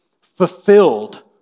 fulfilled